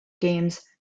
games